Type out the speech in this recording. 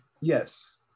yes